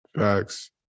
facts